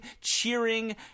cheering